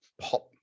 pop